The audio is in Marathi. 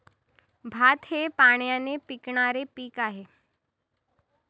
भात हे पाण्याने पिकणारे पीक आहे